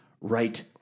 right